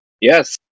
Yes